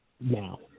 now